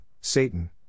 Satan